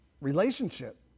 relationship